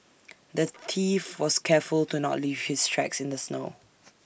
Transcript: the thief was careful to not leave his tracks in the snow